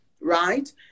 right